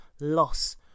loss